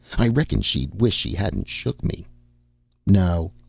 i reckon she'd wish she hadn't shook me no,